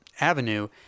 avenue